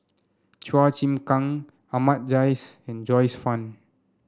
Chua Chim Kang Ahmad Jais and Joyce Fan